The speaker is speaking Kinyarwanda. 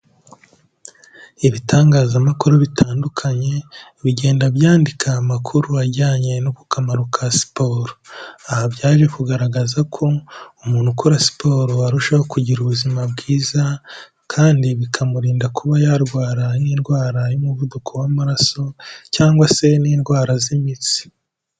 Ibitangazamakuru bitandukanye bigenda byandika amakuru ajyanye no ku kamaro ka siporo, aha byaje kugaragaza ko umuntu ukora siporo arushaho kugira ubuzima bwiza, kandi bikamurinda kuba yarwara nk'indwara y'umuvuduko w'amaraso cyangwa se n'indwara z'imitsi.